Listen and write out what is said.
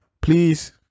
please